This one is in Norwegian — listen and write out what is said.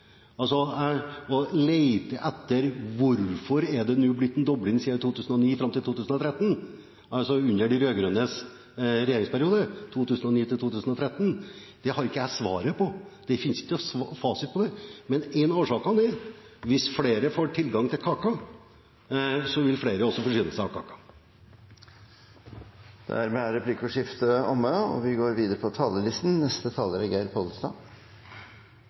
altså under de rød-grønnes regjeringsperiode. Det har jeg ikke svaret på. Det finnes ingen fasit på det, men én av årsakene er at hvis flere får tilgang til kaka, vil også flere forsyne seg av kaka. Dermed er replikkordskiftet omme.